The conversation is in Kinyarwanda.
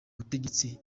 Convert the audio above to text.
butegetsi